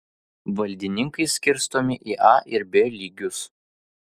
valdininkai skirstomi į a ir b lygius